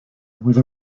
with